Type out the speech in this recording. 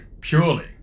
purely